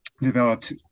developed